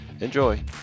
Enjoy